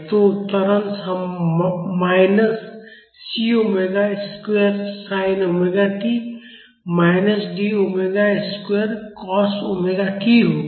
तो त्वरण minus C omega square sin omega T minus D omega square cos omega T होगा